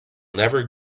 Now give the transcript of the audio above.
never